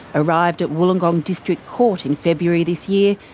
arrived at wollongong district court in february this year,